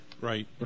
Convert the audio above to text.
Right